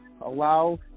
allow